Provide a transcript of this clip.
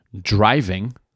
driving